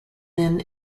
then